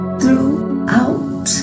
throughout